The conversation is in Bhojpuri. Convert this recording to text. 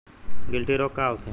गिलटी रोग का होखे?